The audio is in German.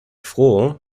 froh